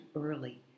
early